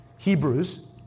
Hebrews